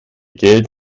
geld